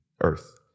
Earth